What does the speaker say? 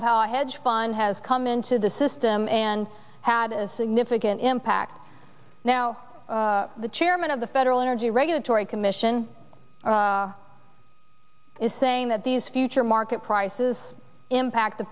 of how a hedge fund has come into the system and had a significant impact now the chairman of the federal energy regulatory commission is saying that these future market prices impact the